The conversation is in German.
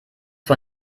vor